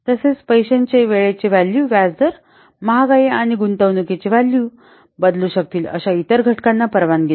तसेच पैशांचे वेळेची व्हॅल्यू व्याज दर महागाई आणि गुंतवणूकीचे व्हॅल्यू बदलू शकतील अशा इतर घटकांना परवानगी देते